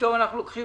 פתאום אנחנו אומרים